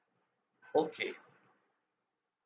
okay